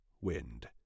wind